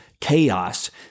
chaos